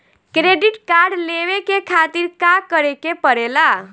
Credit card लेवे के खातिर का करेके पड़ेला?